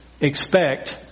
expect